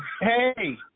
Hey